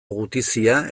gutizia